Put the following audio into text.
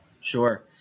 sure